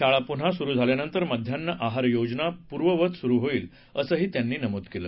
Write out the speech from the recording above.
शाळा पुन्हा सुरू झाल्यानंतर माध्यान्ह आहार योजना पूर्ववत सुरू होईल असंही त्यांनी नमूद केलं